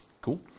Cool